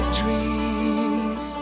dreams